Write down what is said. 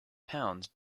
pounds